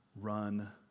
run